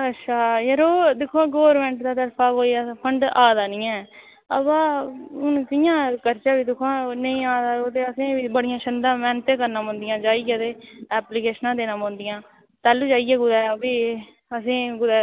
अच्छा जरो दिक्खो हां गौरमेंट दा तरफा कोई ऐसा फं'ड आ दा निं ऐ अबा हून कि'यां करचै भी दिक्खोआं नेईं आ दा ते असें बड़ियां छंदा मिन्नतां करना पौंदियां जाइयै ते ऐप्लिकेशनां देना पौंदियां तैह्लुूं जाइयै कुतै भी असें ई कुतै